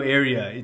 area